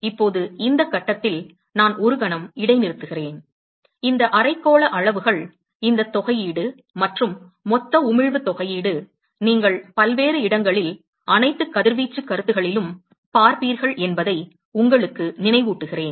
இப்போது இந்த கட்டத்தில் நான் ஒரு கணம் இடைநிறுத்துகிறேன் இந்த அரைக்கோள அளவுகள் இந்த தொகையீடு மற்றும் மொத்த உமிழ்வு தொகையீடு நீங்கள் பல்வேறு இடங்களில் அனைத்து கதிர்வீச்சு கருத்துக்களிலும் பார்ப்பீர்கள் என்பதை உங்களுக்கு நினைவூட்டுகிறேன்